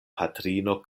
patrino